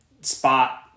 spot